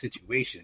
situation